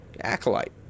acolyte